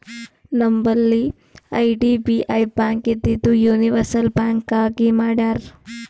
ನಂಬಲ್ಲಿ IDBI bank ಇದ್ದಿದು universal bank ಆಗಿ ಮಾಡ್ಯಾರ್